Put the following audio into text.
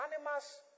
animals